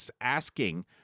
asking